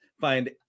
find